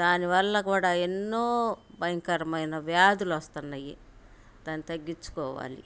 దానివల్ల కూడా ఎన్నో భయంకరమైన వ్యాధులు వస్తున్నాయి దాన్ని తగ్గించుకోవాలి